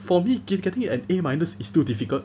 for me ge~ getting an A minus is too difficult